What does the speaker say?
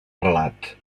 relat